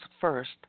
first